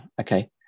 okay